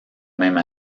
même